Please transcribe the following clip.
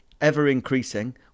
ever-increasing